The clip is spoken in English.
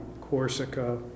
Corsica